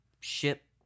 ship